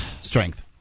strength